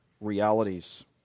realities